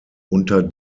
unter